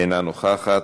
אינה נוכחת,